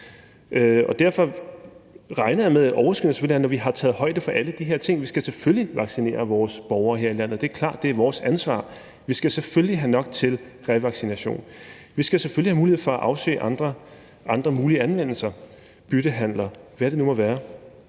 jeg regner med, at overskydende selvfølgelig er, når vi har taget højde for alle de her ting. Vi skal selvfølgelig vaccinere vores borgere her i landet – det er klart; det er vores ansvar. Vi skal selvfølgelig have nok til revaccination; vi skal selvfølgelig have mulighed for at afsøge andre mulige anvendelser – byttehandler, eller hvad det nu måtte være.